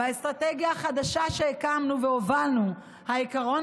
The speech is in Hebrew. באסטרטגיה החדשה שהקמנו והובלנו העיקרון